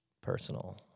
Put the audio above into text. personal